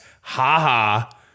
ha-ha